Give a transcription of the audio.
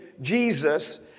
Jesus